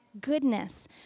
goodness